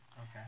Okay